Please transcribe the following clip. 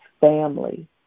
family